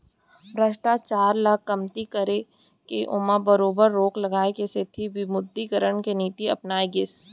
भस्टाचार ल कमती करके ओमा बरोबर रोक लगाए के सेती विमुदरीकरन के नीति अपनाए गिस